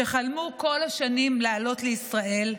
שחלמו כל השנים לעלות לישראל,